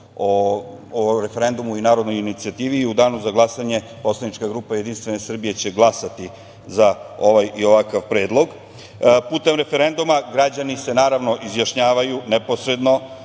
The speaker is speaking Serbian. o referendumu i narodnoj inicijativi i u danu za glasanje poslanička grupa Jedinstvene Srbije će glasati za ovaj i ovakav predlog. Putem referenduma građani se naravno izjašnjavaju neposredno